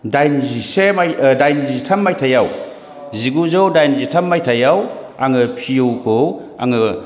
दाइनजिसे मायथाइ दाइनजिथाम मायथाइआव जिगुजौ दाइनजिथाम मायथाइआव आङो पि इउखौ आङो